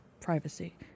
privacy